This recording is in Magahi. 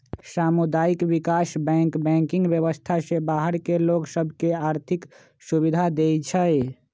सामुदायिक विकास बैंक बैंकिंग व्यवस्था से बाहर के लोग सभ के आर्थिक सुभिधा देँइ छै